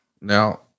Now